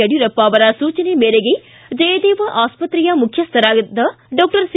ಯಡಿಯೂರಪ್ಪ ಅವರ ಸೂಚನೆ ಮೇರೆಗೆ ಜಯದೇವ ಆಸ್ಪತ್ರೆ ಮುಖ್ಯಸ್ಥರಾದ ಡಾಕ್ಷರ್ ಸಿ